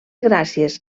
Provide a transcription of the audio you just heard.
gràcies